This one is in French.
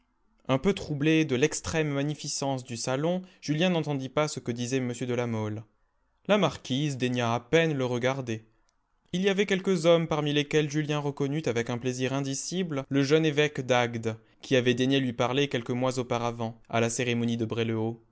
un peu troublé de l'extrême magnificence du salon julien n'entendit pas ce que disait m de la mole la marquise daigna à peine le regarder il y avait quelques hommes parmi lesquels julien reconnut avec un plaisir indicible le jeune évoque d'agde qui avait daigné lui parler quelques mois auparavant à la cérémonie de bray le haut